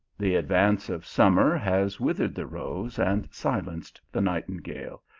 the advance of summer has withered the rose and silenced the nightingale,